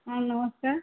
ହଁ ନମସ୍କାର